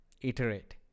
iterate